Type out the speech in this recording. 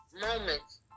moments